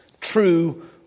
true